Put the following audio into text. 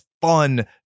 fun